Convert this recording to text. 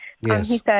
Yes